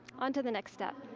on to the next step.